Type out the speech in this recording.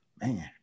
man